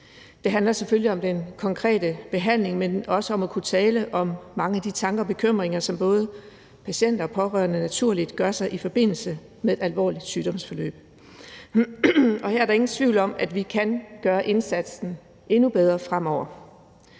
Det handler selvfølgelig om den konkrete behandling, men også om at kunne tale om mange af de tanker og bekymringer, som både patienter og pårørende naturligvis gør sig i forbindelse med et alvorligt sygdomsforløb. Her er der ingen tvivl om, at vi kan gøre indsatsen endnu bedre fremover.